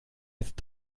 jetzt